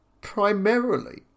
primarily